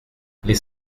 les